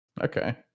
Okay